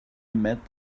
met